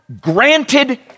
granted